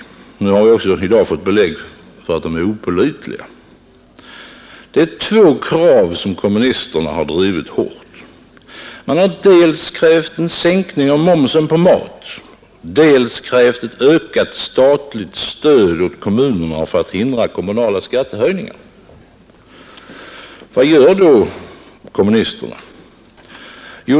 I dag har vi också fått belägg för att de är opålitliga. Det är två krav som kommunisterna har drivit hårt. Man har dels krävt en sänkning av momsen på mat, dels krävt ett ökat statligt stöd åt kommunerna för att hindra kommunala skattehöjningar. Vad gör då kommunisterna?